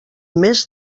mes